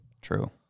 True